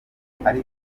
batwara